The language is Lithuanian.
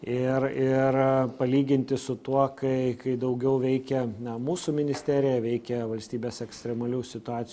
ir ir palyginti su tuo kai kai daugiau veikia na mūsų ministerija veikia valstybės ekstremalių situacijų